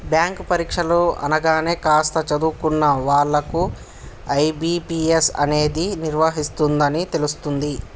bank పరీక్షలు అనగానే కాస్త చదువుకున్న వాళ్ళకు ఐ.బీ.పీ.ఎస్ అనేది నిర్వహిస్తుందని తెలుస్తుంది